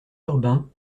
urbain